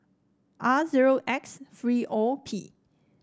R zero X three O P